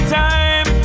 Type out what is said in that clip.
time